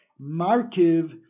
Markiv